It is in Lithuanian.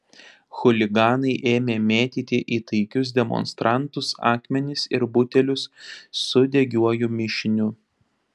chuliganai ėmė mėtyti į taikius demonstrantus akmenis ir butelius su degiuoju mišiniu